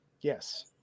Yes